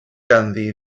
ganddi